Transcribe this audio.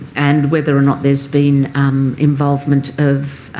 and whether or not there has been involvement of,